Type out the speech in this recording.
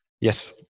Yes